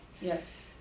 Yes